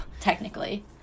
technically